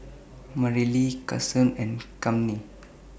Marilee Kason and Cammie